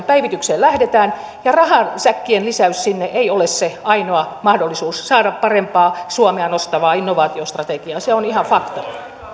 päivitykseen lähdetään ja rahasäkkien lisäys sinne ei ole se ainoa mahdollisuus saada parempaa suomea nostavaa innovaatiostrategiaa se on ihan fakta